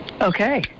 Okay